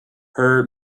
her